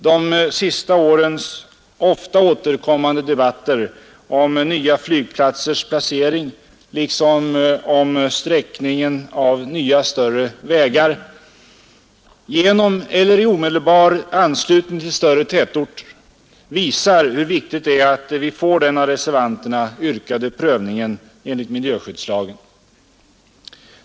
De sista årens ofta återkommande debatter om nya flygplatsers placering liksom om sträckningen av nya större vägar genom eller i omedelbar anslutning till större tätorter visar hur viktigt det är att vi får den av reservanterna yrkade prövningen enligt miljöskyddslagen.